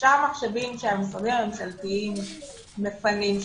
אפשר מחשבים שהמשרדים הממשלתיים מפנים,